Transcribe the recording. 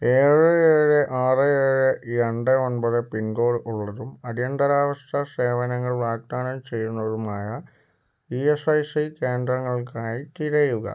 ഏഴ് ഏഴ് ആറ് ഏഴ് രണ്ട് ഒൻപത് പിൻകോഡ് ഉള്ളതും അടിയന്തരാവസ്ഥ സേവനങ്ങൾ വാഗ്ദാനം ചെയ്യുന്നതുമായ ഇ എസ് ഐ കേന്ദ്രങ്ങൾക്കായി തിരയുക